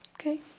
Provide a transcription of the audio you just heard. okay